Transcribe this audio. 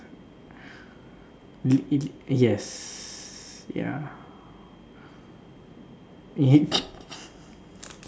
yes